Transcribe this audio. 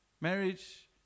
Marriage